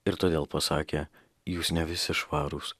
ir todėl pasakė jūs ne visi švarūs